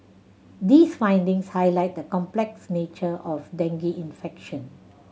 these findings highlight the complex nature of dengue infection